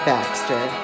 Baxter